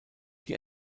die